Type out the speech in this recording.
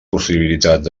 possibilitats